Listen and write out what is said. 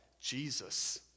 Jesus